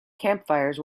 campfires